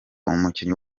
umukinnyi